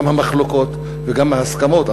גם המחלוקות וגם ההסכמות,